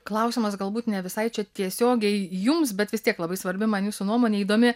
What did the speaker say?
klausimas galbūt ne visai čia tiesiogiai jums bet vis tiek labai svarbi man jūsų nuomonė įdomi